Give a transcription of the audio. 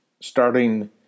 starting